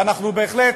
ואנחנו בהחלט,